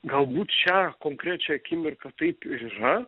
galbūt šią konkrečią akimirką taip ir yra